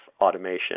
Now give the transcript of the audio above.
automation